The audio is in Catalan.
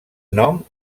nom